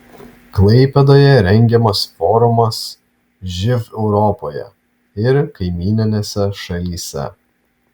klaipėdoje rengiamas forumas živ europoje ir kaimyninėse šalyse